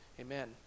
Amen